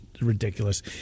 ridiculous